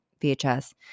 VHS